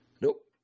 Nope